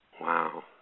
Wow